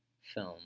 film